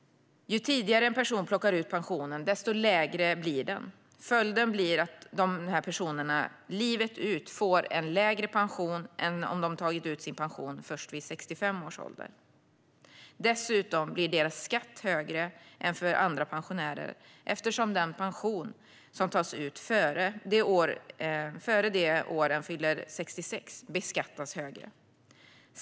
Ju tidigare en person plockar ut pensionen desto lägre blir den. Följden blir att de här personerna livet ut får en lägre pension än om de hade tagit ut sin pension först vid 65 års ålder. Dessutom blir deras skatt högre än för andra pensionärer eftersom den pension som tas ut före det år en fyller 66 år beskattas högre.